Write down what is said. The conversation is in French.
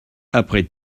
après